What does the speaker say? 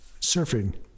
surfing